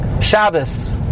Shabbos